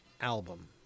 album